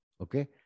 Okay